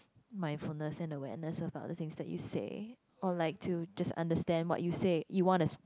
mind from the send awareness of the other things that you say or like to just understand what you say you wanna